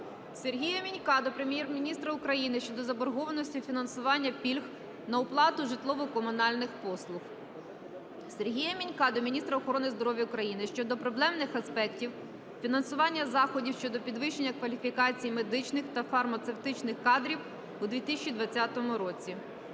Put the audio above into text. Сергія Мінька до Прем'єр-міністра України щодо заборгованості фінансування пільг на оплату житлово-комунальних послуг. Сергія Мінька до міністра охорони здоров'я України щодо проблемних аспектів фінансування заходів щодо підвищення кваліфікації медичних та фармацевтичних кадрів у 2020 році.